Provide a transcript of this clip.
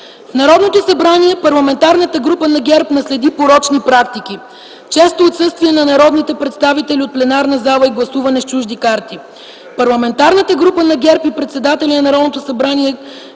В Народното събрание Парламентарната група на ГЕРБ наследи порочни практики, често отсъствие на народните представители от пленарна зала и гласуване с чужди карти. Парламентарната група на ГЕРБ и председателят на Народното събрание